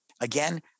Again